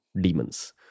demons